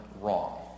wrong